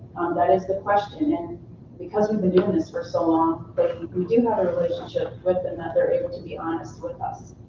that is the question. and because we've been doing this for so long we do have a relationship with them that they're able to be honest with us.